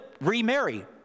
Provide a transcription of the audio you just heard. remarry